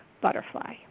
butterfly